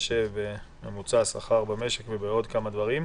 בהתחשב בממוצע השכר במשק ובעוד כמה דברים,